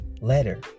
letter